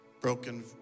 broken